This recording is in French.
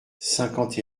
cinquante